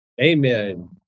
Amen